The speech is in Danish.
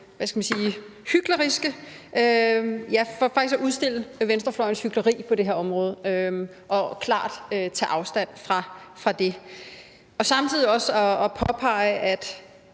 med hensyn til faktisk at udstille venstrefløjens hykleri på det her område og klart tage afstand fra og samtidig også at påpege, at